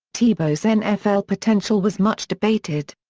tebow's nfl potential was much debated.